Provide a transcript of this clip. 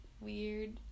weird